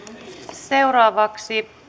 seuraavaksi